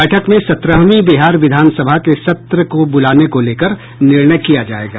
बैठक में सत्रहवीं बिहार विधानसभा के सत्र बुलाने को लेकर निर्णय किया जायेगा